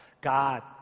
God